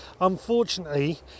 Unfortunately